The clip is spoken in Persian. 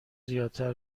زیادتر